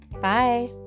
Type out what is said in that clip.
Bye